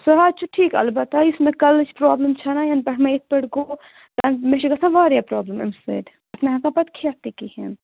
سُہ حظ چھُ ٹھیٖک البتہ یُس مےٚ کَلٕچ پرٛابلِم چھَنا یَنہٕ پٮ۪ٹھ مےٚ یِتھٕ پٲٹھۍ گوٚو مےٚ چھِ گژھان واریاہ پرٛابلِم امہِ سۭتۍ بہٕ چھَس نہٕ ہٮ۪کان پَتہٕ کھٮ۪تھ تہِ کِہیٖنٛۍ